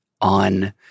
on